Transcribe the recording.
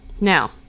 Now